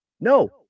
No